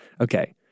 okay